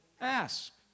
ask